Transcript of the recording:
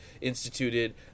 instituted